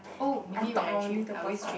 oh maybe when I trip I always trip